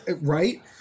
Right